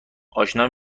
آشنا